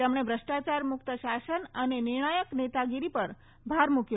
તેમણે ભુષ્ટાચારમુકત શાસન અને નિર્ણાયક નેતાગીરી પર ભાર મુકયો છે